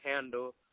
handle